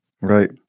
right